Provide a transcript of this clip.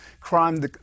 crime